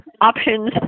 options